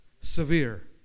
severe